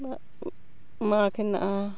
ᱢᱟᱜᱽ ᱦᱮᱱᱟᱜᱼᱟ